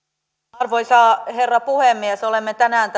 arvoisa herra puhemies olemme tänään